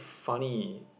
funny